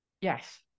Yes